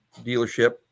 dealership